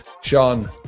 Sean